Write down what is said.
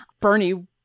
Bernie